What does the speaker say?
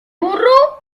burro